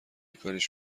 کاریش